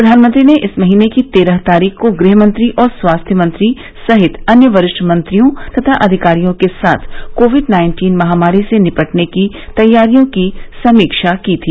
प्रधानमंत्री ने इस महीने की तेरह तारीख को गृहमंत्री और स्वास्थ्य मंत्री सहित अन्य वरिष्ठ मंत्रियों तथा अधिकारियों के साथ कोविड नाइन्टीन महामारी से निपटने की तैयारियों की समीक्षा की थी